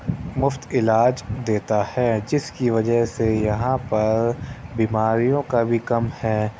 مُفت علاج دیتا ہے جس کی وجہ سے یہاں پر بیماریوں کا بھی کم ہے